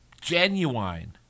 genuine